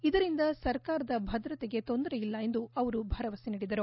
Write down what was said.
ಇದರಿಂದ ಸರ್ಕಾರದ ಭದ್ರತೆಗೆ ತೊಂದರೆಯಿಲ್ಲ ಎಂದು ಅವರು ಭರವಸೆ ನೀಡಿದರು